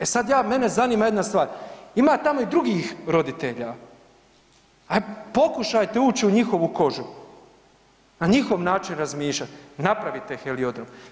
E sad ja, mene zanima jedna stvar, ima tamo i drugih roditelja, aj pokušajte uć u njihovu kožu, na njihov način razmišljat i napravit taj heliodrom.